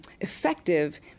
effective